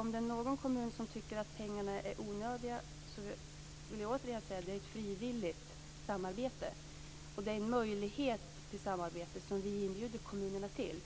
Om det är någon kommun som tycker att pengarna är onödiga vill jag återigen säga att det här är ett frivilligt samarbete. Det är en möjlighet till samarbete som vi inbjuder kommunerna till.